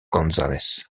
gonzález